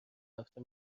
هفته